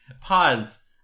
pause